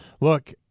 look